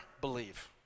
believe